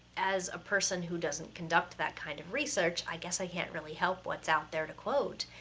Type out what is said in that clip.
as a person who doesn't conduct that kind of research, i guess i can't really help what's out there to quote.